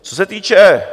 Co se týče...